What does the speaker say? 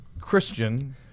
Christian